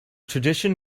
tradition